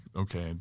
okay